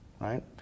Right